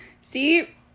See